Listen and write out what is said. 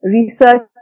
research